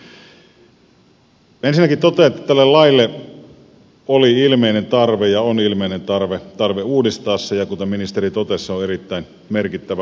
ensinnäkin totean että tälle laille oli ilmeinen tarve ja on ilmeinen tarve uudistaa se ja kuten ministeri totesi se on erittäin merkittävä uudistus